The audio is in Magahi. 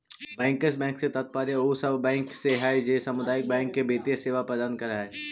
बैंकर्स बैंक से तात्पर्य उ सब बैंक से हइ जे सामुदायिक बैंक के वित्तीय सेवा प्रदान करऽ हइ